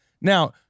Now